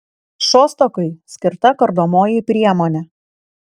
šostakui skirta kardomoji priemonė